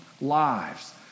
lives